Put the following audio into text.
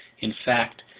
in fact,